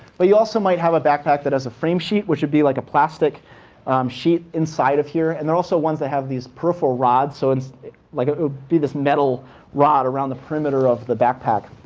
but you also might have backpack that has a frame sheet, which would be like a plastic sheet inside of here. and there are also ones that have these peripheral rods. so and like it would be this metal rod around the perimeter of the backpack.